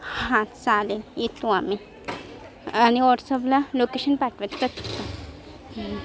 हां चालेल येतो आम्ही आणि वॉट्सअपला लोकेशन पाठवत